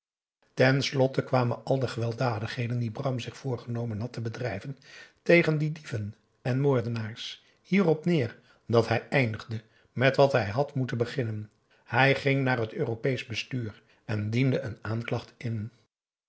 slotte kwamen al de gewelddadigheden die bram zich voorgenomen had te bedrijven tegen de dieven en moordenaars hierop neer dat hij eindigde met wat hij had moeten beginnen hij ging naar het europeesch bestuur en diende een aanklacht in